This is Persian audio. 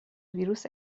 ویروس